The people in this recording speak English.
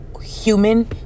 human